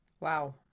Wow